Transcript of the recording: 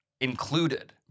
included